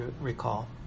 recall